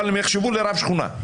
אבל הם נחשבו לרב שכונה.